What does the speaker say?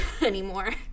anymore